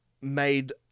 made